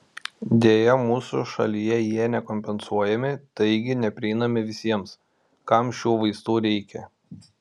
deja mūsų šalyje jie nekompensuojami taigi neprieinami visiems kam šių vaistų reikia